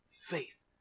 faith